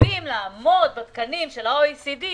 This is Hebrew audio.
חייבים לעמוד בתקנים של ה-OECD,